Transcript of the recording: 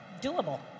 doable